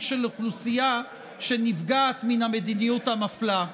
של אוכלוסייה שנפגעת מן המדיניות המפלה.